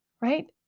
right